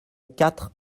quatre